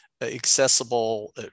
accessible